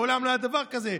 מעולם לא היה דבר כזה,